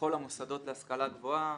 לכל המוסדות להשכלה גבוהה.